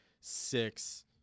six